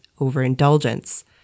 overindulgence